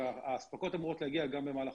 האספקות אמורות להגיע גם במהלך